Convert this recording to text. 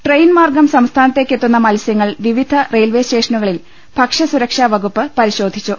train മാർഗ്ഗം സംസ്ഥാനത്തേക്കെത്തുന്ന മത്സ്യ ങ്ങൾ വിവിധ റെയിൽവേ സ്റ്റേഷനുകളിൽ ഭക്ഷ്യ സുരക്ഷാ വകുപ്പ് പരിശോധിച്ചു